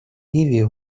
ливией